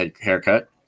haircut